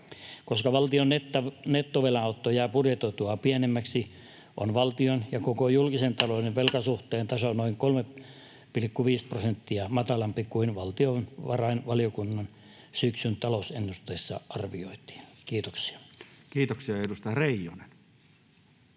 Koska valtion nettovelanotto jää budjetoitua pienemmäksi, on valtion ja koko julkisen talouden velkasuhteen taso noin 3,5 prosenttia matalampi kuin valtiovarainvaliokunnan syksyn talousennusteessa arvioitiin. — Kiitoksia. Kiitoksia. — Ja edustaja Reijonen